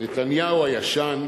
נתניהו הישן,